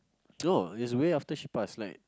no it's way after she pass like